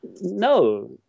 no